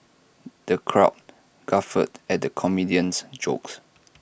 the crowd guffawed at the comedian's jokes